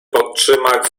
podtrzymać